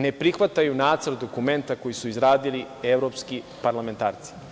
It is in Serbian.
ne prihvataju nacrt dokumenta koji su izradili evropski parlamentarci.